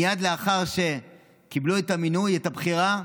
מייד לאחר שקיבלו את המינוי, את הבחירה,